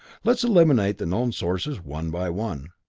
let's eliminate the known sources one by one.